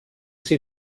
sie